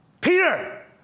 Peter